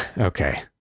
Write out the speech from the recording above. Okay